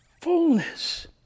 fullness